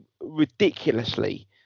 ridiculously